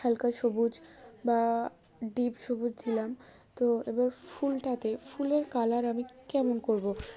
হালকা সবুজ বা ডিপ সবুজ দিলাম তো এবার ফুল টাতে ফুলের কালার আমি কেমন করবো